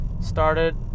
started